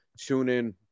TuneIn